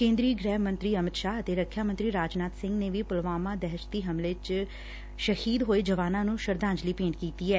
ਕੇਦਰੀ ਗੁਹਿੱ ਮੰਤਰੀ ਅਮਿਤ ਂਸ਼ਾਹ ਅਤੇ ਰਖਿਆ ਮੰਤਰੀ ਰਾਜਨਾਥ ਸਿੰਘ ਨੇ ਵੀ ਪੁਲਵਾਮਾ ਦਹਿਸ਼ਤੀ ਹਮਲੇ ਚ ਸ਼ਹੀਦ ਹੋਏ ਜਵਾਨਾਂ ਨੂੰ ਸ਼ਰਧਾਂਜਲੀ ਭੇਂਟ ਕੀਤੀ ਐ